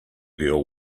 girl